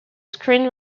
screen